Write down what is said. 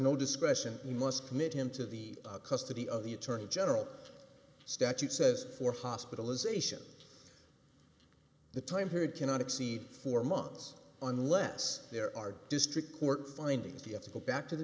no discretion you must commit him to the custody of the attorney general statute says for hospitalization the time period cannot exceed four months unless there are district court findings you have to go back to the